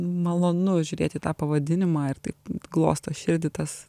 malonu žiūrėt į tą pavadinimą ir tai glosto širdį tas